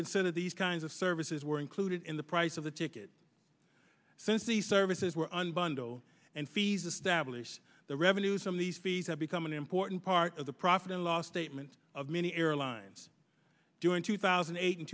consider these kinds of services were included in the price of the ticket since the services were on bondo and fees establish the revenues from these fees have become an important part of the profit and loss statement of many airlines during two thousand and eight and